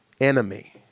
enemy